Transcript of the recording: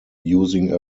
using